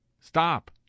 Stop